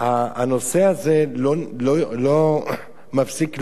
הנושא הזה לא מפסיק לרגע,